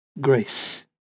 grace